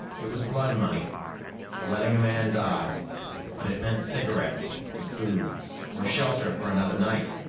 it was blood money for letting a man die but it meant cigarettes and food or shelter for another night,